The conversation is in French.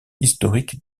historique